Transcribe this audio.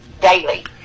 daily